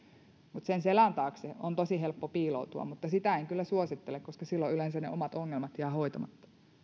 sen selän taakse on tosi helppo piiloutua mutta sitä en kyllä suosittele koska silloin yleensä ne omat ongelmat jäävät hoitamatta